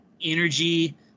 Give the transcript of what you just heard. energy